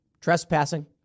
Trespassing